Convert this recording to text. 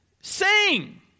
sing